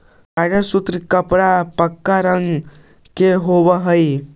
mercerised सूत के कपड़ा पक्का रंग के होवऽ हई